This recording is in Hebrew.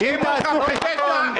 אם הוא חף מפשע,